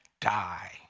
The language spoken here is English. die